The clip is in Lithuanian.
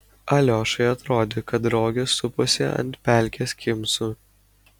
aliošai atrodė kad rogės suposi ant pelkės kimsų